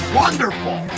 wonderful